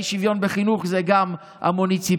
האי-שוויון בחינוך זה גם המוניציפלי,